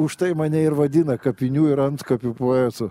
užtai mane ir vadina kapinių ir antkapių poetu